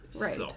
right